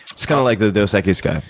it's kind of like the dos equis guy.